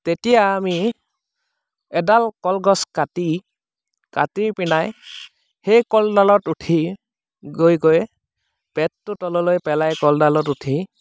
তেতিয়া আমি এডাল কলগছ কাটি কাটি পিনাই সেই কলডালত উঠি গৈ গৈ পেটটো তললৈ পেলাই কলডালত উঠি